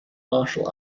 martial